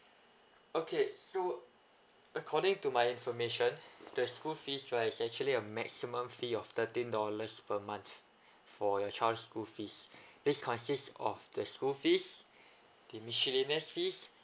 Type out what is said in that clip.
okay so according to my information the school fees right is actually a maximum fee of thirteen dollars per month for your child's school fees this consist of the school fees the miscellaneous fees